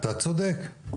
אתה צודק.